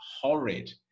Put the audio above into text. horrid